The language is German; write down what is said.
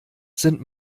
sind